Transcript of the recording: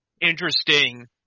interesting